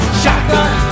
shotgun